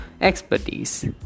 expertise